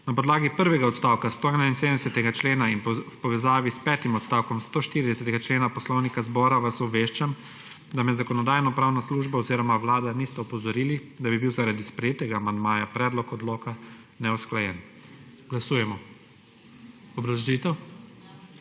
Na podlagi prvega odstavka 171. člena in v povezavi s petim odstavkom 140. člena Poslovnika Državnega zbora vas obveščam, da me Zakonodajno-pravna služba oziroma Vlada nista opozorili, da bi bil zaradi sprejetega amandmaja predlog odloka neusklajen. Glasujemo. Obrazložitev?